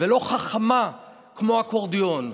ולא חכמה כמו אקורדיון.